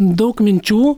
daug minčių